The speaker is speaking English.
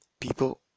People